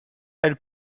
elle